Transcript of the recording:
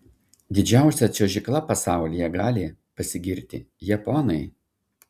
didžiausia čiuožykla pasaulyje gali pasigirti japonai